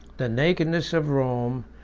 the nakedness of rome,